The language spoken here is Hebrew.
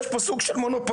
יש פה סוג של מונופול,